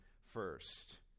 first